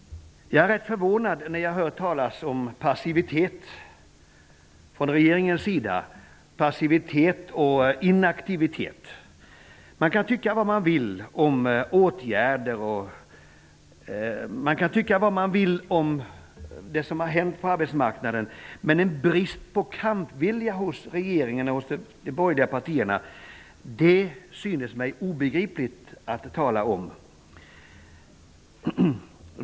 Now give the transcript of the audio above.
Jag är rätt förvånad när jag hör talas om passivitet och inaktivitet från regeringens sida. Man kan tycka vad man vill om åtgärder, och man kan tycka vad man vill om det som har hänt på arbetsmarknaden, men brist på kampvilja hos regeringen och hos de borgerliga partierna synes mig obegripligt att tala om.